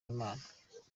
imana